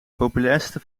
populairste